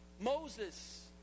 Moses